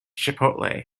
chipotle